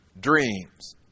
dreams